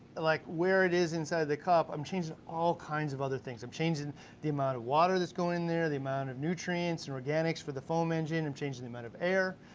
like where it is inside of the cup, i'm changing all kinds of other things. i'm changing the amount of water that's going in there, the amount of nutrients and organics for the foam engine. i'm changing the amount of air,